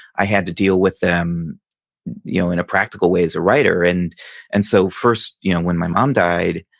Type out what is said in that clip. i had to deal with them you know in a practical way as a writer. and and so first you know when my mom died,